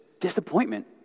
disappointment